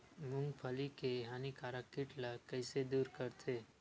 मूंगफली के हानिकारक कीट ला कइसे दूर करथे?